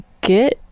get